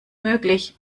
möglich